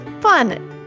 fun